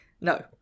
no